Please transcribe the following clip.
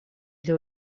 для